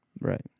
Right